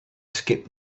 skip